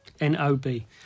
N-O-B